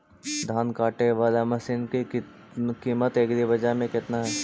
धान काटे बाला मशिन के किमत एग्रीबाजार मे कितना है?